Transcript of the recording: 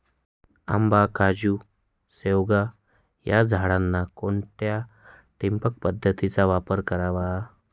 आंबा, काजू, शेवगा या झाडांना कोणत्या ठिबक पद्धतीचा वापर करावा?